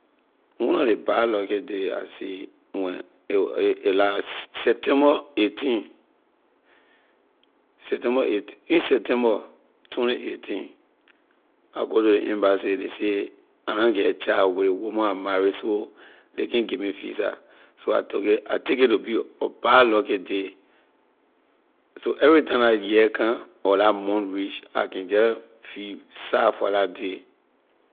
One lor ley bad lucky day I see when a wor a a la se- september eighteen, september eight- in september twenty eighteen I go to ley embassy ley say I na get child with ley woman I marry so ley can’t give me visa so I took it I take it to be a bad lucky day so every time la year come or la month reach I can jeh feel sad for la day.